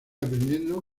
aprendiendo